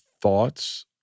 thoughts